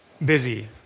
Busy